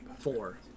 Four